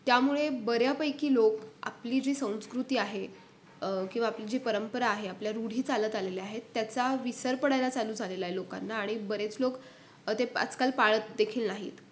त्यामुळे बऱ्यापैकी लोक आपली जी संस्कृती आहे किंवा आपली जी परंपरा आहे आपल्या रूढी चालत आलेल्या आहेत त्याचा विसर पडायला चालू झालेला आहे लोकांना आणि बरेच लोक ते आजकाल पाळत देखील नाहीत